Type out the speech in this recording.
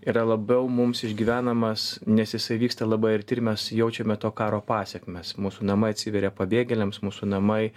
yra labiau mums išgyvenamas nes jisai vyksta labai arti mes jaučiame to karo pasekmes mūsų namai atsiveria pabėgėliams mūsų namai